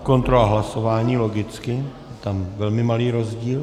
Kontrola hlasování, logicky, je tam velmi malý rozdíl.